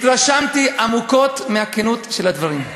התרשמתי עמוקות מהכנות של הדברים.